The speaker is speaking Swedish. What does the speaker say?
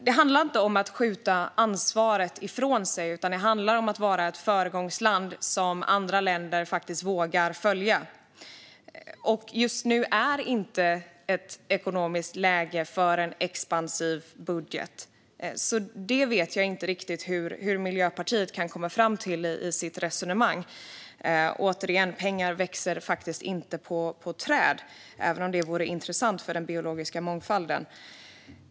Det handlar inte om att skjuta ansvaret ifrån sig, utan det handlar om att vara ett föregångsland som andra länder faktiskt vågar följa. Just nu är det inte ett ekonomiskt läge för en expansiv budget. Det vet jag inte riktigt hur Miljöpartiet kan komma fram till i sitt resonemang. Återigen: Pengar växer faktiskt inte på träd, även om det vore intressant för den biologiska mångfalden.